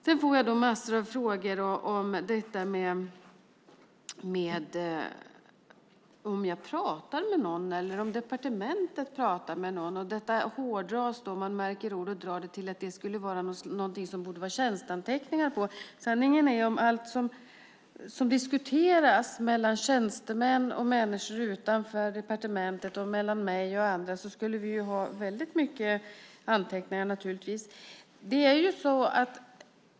Jag fick en massa frågor om ifall jag pratar med någon eller om departementet pratar med någon. Detta hårdras, man märker ord och drar det till att det skulle vara någonting som det borde göras tjänsteanteckningar om. Sanningen är att om allt som diskuteras mellan tjänstemän och människor utanför departementet och mellan mig och andra skulle antecknas, skulle vi naturligtvis ha väldigt mycket anteckningar.